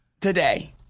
today